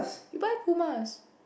you buy Pumas